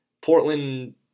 Portland